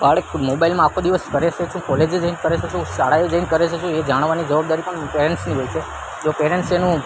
બાળક મોબાઈલમાં આખો દિવસ કરે છે શું કોલેજે જઈને કરે છે શું શાળાએ જઈન કરે છે શું એ જાણવાની જવાબદારી પણ પેરેન્ટ્સની હોય છે જો પેરેન્ટ્સ એનું